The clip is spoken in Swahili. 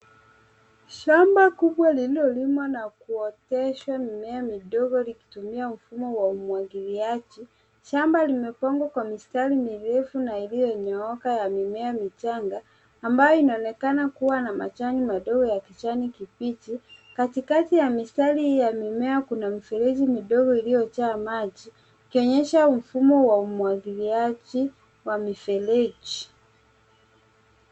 Shamba kubwa lililolimwa na kuotesha mimea midogo, likitumia mfumo wa umwagiliaji. Shamba limepangwa kwa mistari mirefu na iliyonyooka ya mimea michanga, ambayo inaonekana kuwa na majani madogo ya kijani kibichi. Katikati ya mistari hiyo ya mimea, kuna mifereji midogo iliyojaa maji, ikionyesha mfumo wa umwagiliaji wa mifereji.